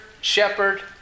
shepherd